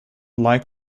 like